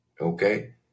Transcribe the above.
okay